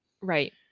right